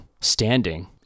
standing